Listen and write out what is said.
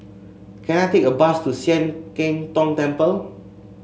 can I take a bus to Sian Keng Tong Temple